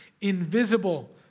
invisible